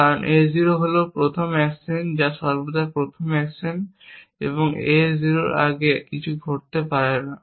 কারণ A 0 হল প্রথম অ্যাকশন যা সর্বদা প্রথম অ্যাকশন এবং A 0 এর আগে কিছুই ঘটতে পারে না